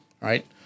right